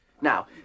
Now